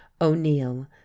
o'neill